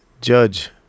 judge